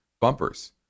bumpers